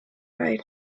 right